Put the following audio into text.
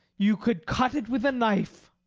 you could cut it with a knife.